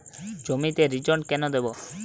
জমিতে রিজেন্ট কেন দেবো?